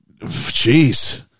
jeez